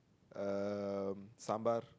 um sambal